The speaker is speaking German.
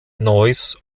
neuss